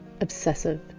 obsessive